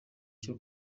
cyo